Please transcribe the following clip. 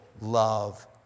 love